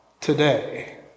today